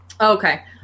Okay